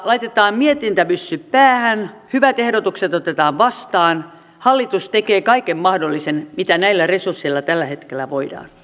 laitetaan mietintämyssy päähän hyvät ehdotukset otetaan vastaan hallitus tekee kaiken mahdollisen mitä näillä resursseilla tällä hetkellä voidaan